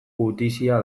gutizia